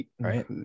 right